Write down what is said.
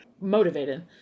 motivated